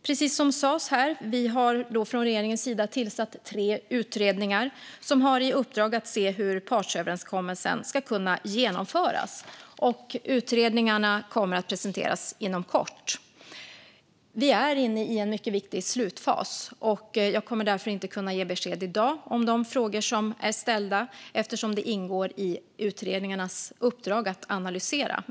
Precis som sas här har vi från regeringens sida tillsatt tre utredningar som har i uppdrag att se hur partsöverenskommelsen ska kunna genomföras. Utredningarna kommer att presentera sina resultat inom kort. Vi är inne i en mycket viktig slutfas. Jag kommer inte att kunna ge besked i dag om de frågor som är ställda, eftersom de ingår i utredningarnas uppdrag att analysera.